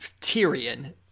Tyrion